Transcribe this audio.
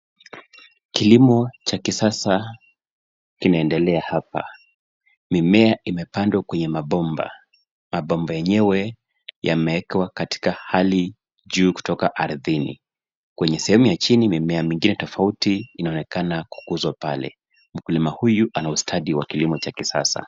Kilimo cha kisasa kinaendelea hapa. Mimea imepandwa kwenye mabomba. Mabomba yenyewe yamewekwa katika hali juu kutoka ardhini. Kwenye sehemu ya chini, mimea mengine tofauti inaonekana kukuzwa pale. Mkulima huyu ana ustadi wa kilimo cha kisasa.